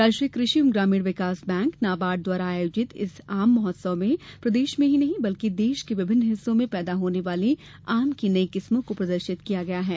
राष्ट्रीय कृषि एवं ग्रामीण विकास बैंक नाबार्ड द्वारा आयोजित इस आम महोत्सव में प्रदेश में नहीं बल्कि देश के विभिन्न हिस्सों में पैदा होने वाले आम की कई किस्मों को प्रदर्शित किया गया है